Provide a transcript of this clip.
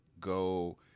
go –